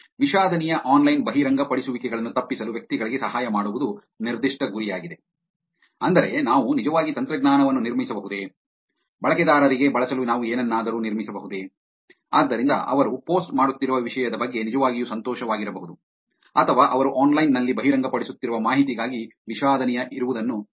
ವಿಷಾದನೀಯ ಆನ್ಲೈನ್ ಬಹಿರಂಗಪಡಿಸುವಿಕೆಗಳನ್ನು ತಪ್ಪಿಸಲು ವ್ಯಕ್ತಿಗಳಿಗೆ ಸಹಾಯ ಮಾಡುವುದು ನಿರ್ದಿಷ್ಟ ಗುರಿಯಾಗಿದೆ ಅಂದರೆ ನಾವು ನಿಜವಾಗಿ ತಂತ್ರಜ್ಞಾನವನ್ನು ನಿರ್ಮಿಸಬಹುದೇ ಬಳಕೆದಾರರಿಗೆ ಬಳಸಲು ನಾವು ಏನನ್ನಾದರೂ ನಿರ್ಮಿಸಬಹುದೇ ಆದ್ದರಿಂದ ಅವರು ಪೋಸ್ಟ್ ಮಾಡುತ್ತಿರುವ ವಿಷಯದ ಬಗ್ಗೆ ನಿಜವಾಗಿಯೂ ಸಂತೋಷವಾಗಿರಬಹುದು ಅಥವಾ ಅವರು ಆನ್ಲೈನ್ ನಲ್ಲಿ ಬಹಿರಂಗಪಡಿಸುತ್ತಿರುವ ಮಾಹಿತಿಗಾಗಿ ವಿಷಾದನೀಯ ಇರುವುದನ್ನು ತಪ್ಪಿಸಬಹುದು